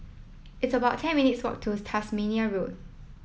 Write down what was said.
it's about ten minutes' walk to Tasmania Road